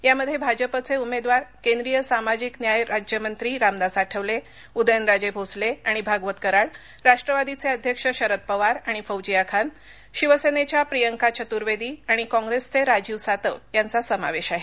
यामध्ये भाजपचे उमेदवार केंद्रीय सामाजिक न्याय राज्यमंत्री रामदास आठवले उदयनराजे भोसले आणि भागवत कराड राष्ट्रवादीचे अध्यक्ष शरद पवार आणि फौजिया खान शिवसेनेच्या प्रियंका चर्तूवेदी आणि काँग्रेसचे राजीव सातव यांचा समावेश आहे